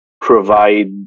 provide